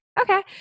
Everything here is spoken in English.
Okay